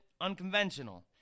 unconventional